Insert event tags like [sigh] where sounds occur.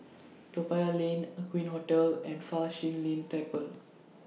Toa Payoh Lane Aqueen Hotel and Fa Shi Lin Temple [noise]